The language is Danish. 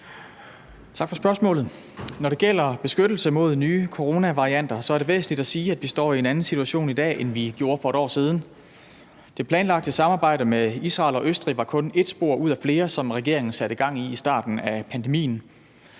Tak for spørgsmålet. Når det gælder beskyttelse mod nye coronavarianter, er det væsentligt at sige, at vi står i en anden situation i dag, end vi gjorde for et år siden. Det planlagte samarbejde med Israel og Østrig var kun ét spor ud af flere, som regeringen satte gang i i starten af pandemien.